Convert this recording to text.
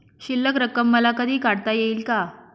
शिल्लक रक्कम मला कधी काढता येईल का?